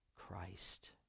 Christ